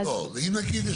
אם נגיד,